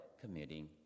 committing